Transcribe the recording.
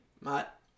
Matt